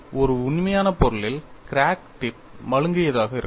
ஒரு உண்மையான பொருளில் கிராக் டிப் மழுங்கியதாக இருக்கும்